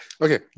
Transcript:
okay